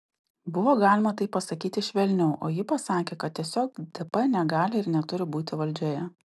buvo galima tai pasakyti švelniau o ji pasakė kad tiesiog dp negali ir neturi būti valdžioje